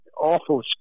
awful